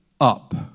up